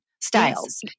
styles